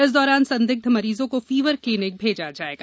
इस दौरान संदिग्ध मरीजों को फीवर क्लिनिक भेजा जाएगा